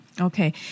okay